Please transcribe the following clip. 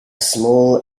small